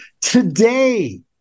today